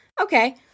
Okay